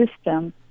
system